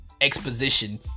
exposition